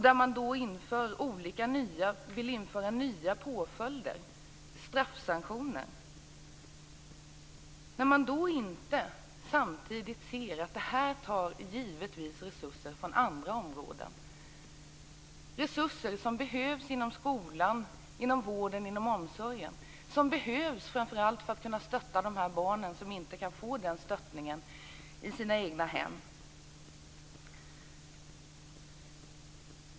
Där vill moderaterna införa nya påföljder, straffsanktioner, men de ser inte att detta tar resurser från andra områden, resurser som behövs inom skolan, inom vården och inom omsorgen, som behövs framför allt för att vi skall kunna stötta de barn som inte kan få stöd i sina egna hem.